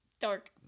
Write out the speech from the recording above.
dark